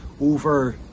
over